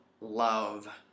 love